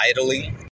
idly